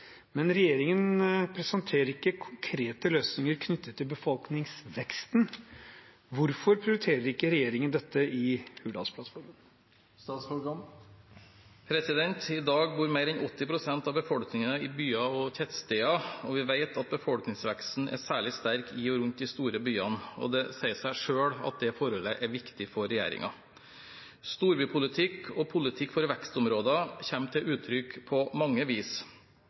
men regjeringen presenterer ikke konkrete løsninger knyttet til befolkningsveksten. Hvorfor prioriterer ikke regjeringen dette?» I dag bor mer enn 80 pst. av befolkningen i byer og tettsteder, og vi vet at befolkningsveksten er særlig sterk i og rundt de store byene. Det sier seg selv at det forholdet er viktig for regjeringen. Storbypolitikk og politikk for vekstområder kommer til uttrykk på mange vis.